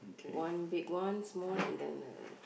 one big one small and the